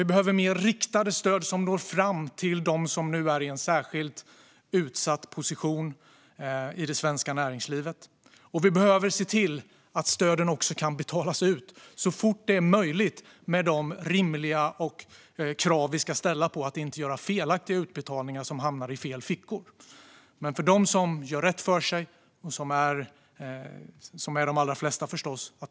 Vi behöver mer riktade stöd som når fram till dem som är i en särskilt utsatt position i det svenska näringslivet. Vi behöver också se till att stöden kan betalas ut så fort det är möjligt - med de rimliga krav vi ska ställa på att det inte görs felaktiga utbetalningar som hamnar i fel fickor. Men de flesta gör rätt för sig och ska få stöd.